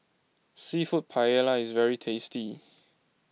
Seafood Paella is very tasty